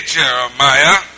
Jeremiah